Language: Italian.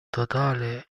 totale